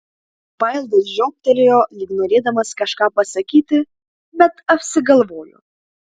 vaildas žiobtelėjo lyg norėdamas kažką pasakyti bet apsigalvojo